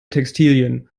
textilien